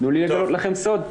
תנו לי לגלות לכם סוד,